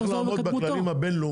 חוק צריך לעמוד בכללים הבין-לאומיים.